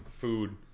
food